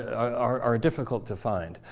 are are difficult to find.